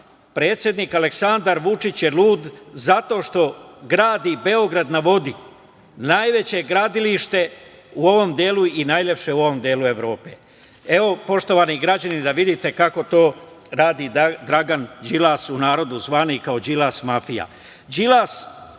predsednik Aleksandar Vučić je lud zato što gradi Beograd na vodi, najveće gradilište i najlepše u ovom delu Evropu. Evo, poštovani građani da vidite kako to radi Dragan Đilas, u narodu zvani kao Đilas mafija. Đilas